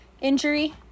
injury